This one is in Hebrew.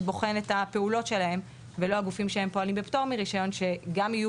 בוחן את הפעולות שלהם ולא את הגופים שפועלים בפטור מרישיון שגם יהיו